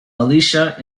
alicia